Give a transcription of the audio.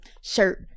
shirt